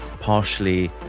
partially